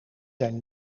zijn